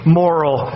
moral